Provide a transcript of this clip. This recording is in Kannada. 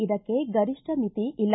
ಇದಕ್ಕೆ ಗರಿಷ್ಠ ಮಿತಿ ಇಲ್ಲ